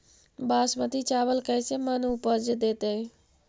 बासमती चावल कैसे मन उपज देतै?